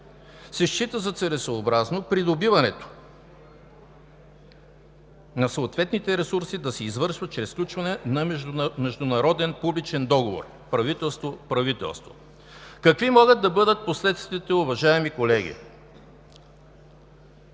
се счита за целесъобразно придобиването на съответните ресурси да се извършва чрез сключване на международен публичен договор правителство – правителство. Какви могат да бъдат последствията, уважаеми колеги,